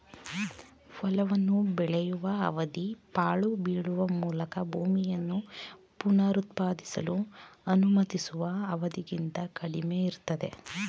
ಹೊಲವನ್ನು ಬೆಳೆಸುವ ಅವಧಿ ಪಾಳು ಬೀಳುವ ಮೂಲಕ ಭೂಮಿಯನ್ನು ಪುನರುತ್ಪಾದಿಸಲು ಅನುಮತಿಸುವ ಅವಧಿಗಿಂತ ಕಡಿಮೆಯಿರ್ತದೆ